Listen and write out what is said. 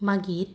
मागीर